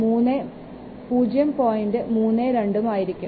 32 ഉം ആയിരിക്കും